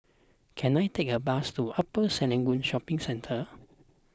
can I take a bus to Upper Serangoon Shopping Centre